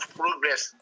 progress